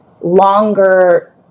longer